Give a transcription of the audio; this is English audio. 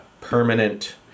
permanent